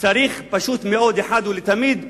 צריך פשוט מאוד, אחת ולתמיד,